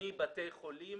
מבתי חולים